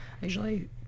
usually